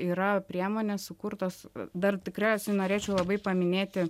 yra priemonės sukurtos dar tikriausiai norėčiau labai paminėti